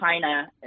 China